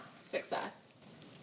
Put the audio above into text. success